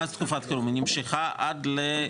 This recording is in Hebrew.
מה זה תקופת חירום היא נמשכה עד לחודש